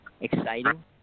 exciting